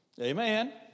Amen